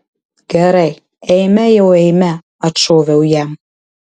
gerai eime jau eime atšoviau jam